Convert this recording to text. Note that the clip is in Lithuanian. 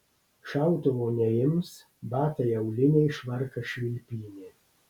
šautuvo neims batai auliniai švarkas švilpynė